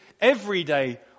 everyday